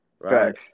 Right